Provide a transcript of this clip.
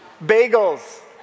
Bagels